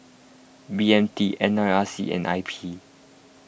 B M T N R I C and I P